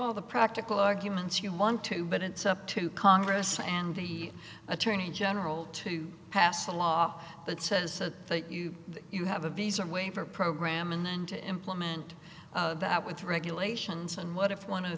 all the practical arguments you want to but it's up to congress and the attorney general to pass a law that says you have a visa waiver program and then to implement that with regulations and what if one of the